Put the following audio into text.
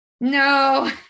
no